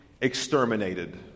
exterminated